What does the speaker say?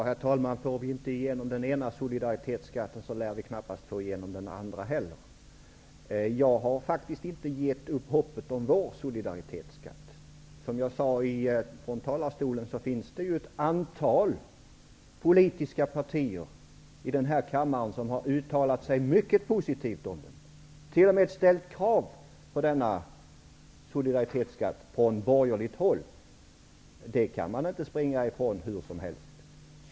Herr talman! Får vi inte igenom den ena solidaritetsskatten, så lär vi knappast få igenom den andra heller. Men jag har faktiskt inte gett upp hoppet om vår solidaritetsskatt. Som jag sade från talarstolen, finns det ju ett antal politiska partier i den här kammaren som har uttalat sig mycket positivt om en sådan skatt. Det har t.o.m. ställts krav på solidaritetsskatt -- från borgerligt håll! Det kan man inte springa ifrån hur som helst.